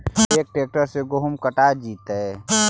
का ट्रैक्टर से गेहूं कटा जितै?